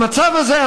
במצב הזה,